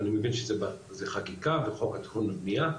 אני מבין שזה חקיקה בחוק התכנון והבנייה.